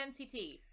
NCT